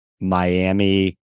Miami